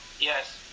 Yes